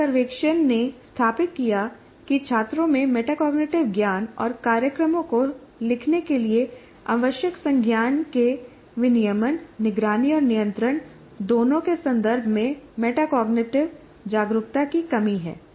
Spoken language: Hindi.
एक सर्वेक्षण ने स्थापित किया कि छात्रों में मेटाकोग्निटिव ज्ञान और कार्यक्रमों को लिखने के लिए आवश्यक संज्ञान के विनियमन निगरानी और नियंत्रण दोनों के संदर्भ में मेटाकॉग्निटिव जागरूकता की कमी है